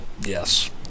Yes